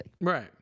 Right